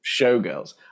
showgirls